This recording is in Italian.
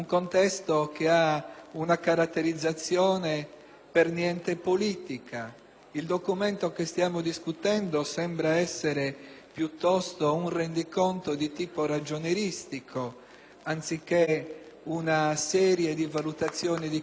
una caratterizzazione per niente politica. Il provvedimento che stiamo discutendo sembra essere piuttosto un rendiconto di tipo ragionieristico, anziché una serie di valutazioni di carattere politico.